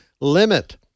limit